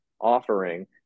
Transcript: offering